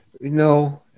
No